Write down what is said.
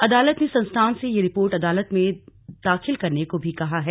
अदालत ने संस्थान से यह रिपोर्ट अदालत में दाखिल करने को भी कहा है